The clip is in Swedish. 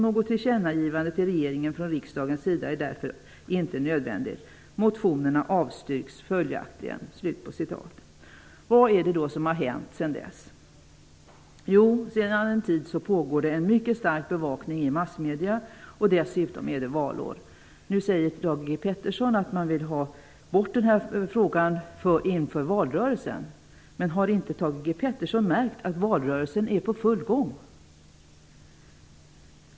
Något tillkännagivande till regeringen från riksdagens sida är därför inte nödvändigt. Motionerna avstyrks följaktligen.'' Vad är det då som har hänt sedan dess? Jo, sedan en tid pågår en mycket stark bevakning i massmedierna, och dessutom är det valår. Nu säger Thage G Peterson att man vill ha bort frågan inför valrörelsen. Men har inte Thage G Peterson märkt att valrörelsen är i full gång?